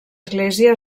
església